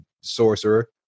sorcerer